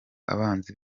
abanzi